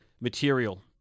material